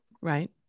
Right